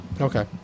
okay